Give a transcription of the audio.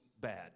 bad